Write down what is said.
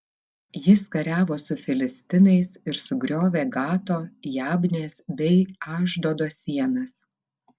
jis kariavo su filistinais ir sugriovė gato jabnės bei ašdodo sienas